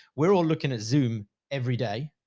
we're all looking at zoom every day,